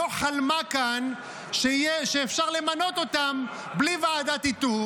לא חלמה כאן שאפשר למנות אותם בלי ועדת איתור,